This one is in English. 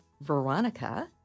Veronica